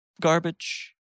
Garbage